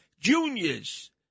Juniors